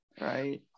right